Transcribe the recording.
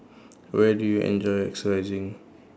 where do you enjoy exercising